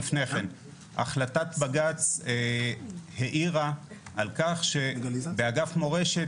החלטת בג"ץ העירה על כך שבאגף מורשת,